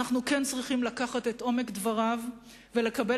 אנו כן צריכים לקחת את עומק דבריו ולקבל